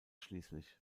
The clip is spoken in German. schließlich